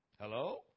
Hello